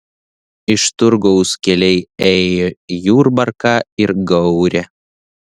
iš turgaus keliai ėjo į jurbarką ir gaurę